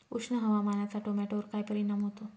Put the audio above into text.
उष्ण हवामानाचा टोमॅटोवर काय परिणाम होतो?